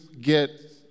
get